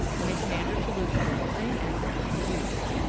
when a standard solution of the same enzyme is used.